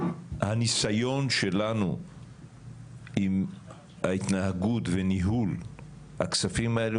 הניסיון שלנו עם ההתנהגות וניהול הכספים האלו,